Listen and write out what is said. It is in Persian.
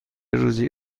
روزی